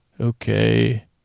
Okay